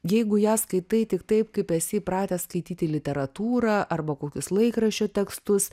jeigu ją skaitai tik taip kaip esi įpratęs skaityti literatūrą arba kokius laikraščio tekstus